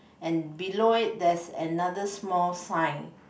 and below it there's another small sign